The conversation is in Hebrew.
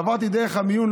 עברתי דרך המיון,